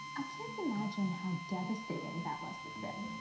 i can't imagine how devastating that must have been.